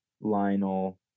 Lionel